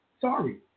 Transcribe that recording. Sorry